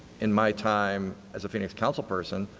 in my time as a phoenix councilperson,